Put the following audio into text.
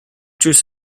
juice